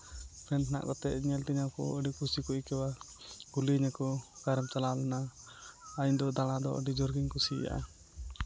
friend ᱦᱮᱱᱟᱜ ᱠᱚᱛᱮ ᱧᱮᱞ ᱛᱤᱧᱟᱹ ᱠᱚ ᱟᱹᱰᱤ ᱠᱩᱥᱤ ᱠᱚ ᱟᱹᱭᱠᱟᱹᱣᱟ ᱠᱩᱞᱤᱭᱤᱧᱟᱹ ᱠᱚ ᱚᱠᱟᱨᱮᱢ ᱪᱟᱞᱟᱣ ᱞᱮᱱᱟ ᱟᱨ ᱤᱧ ᱫᱚ ᱫᱟᱬᱟ ᱫᱚ ᱟᱹᱰᱤ ᱡᱳᱨᱜᱤᱧ ᱠᱩᱥᱤᱭᱟᱜᱼᱟ